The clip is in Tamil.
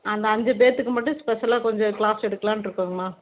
அந்த அஞ்சு பேர்த்துக்கு மட்டும் ஸ்பெஷலாக கொஞ்சம் கிளாஸ் எடுக்கலான்னு இருக்கோங்க அம்மா